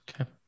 Okay